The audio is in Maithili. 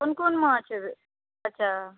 कोन कोन माछ अच्छा